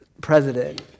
president